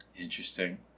Interesting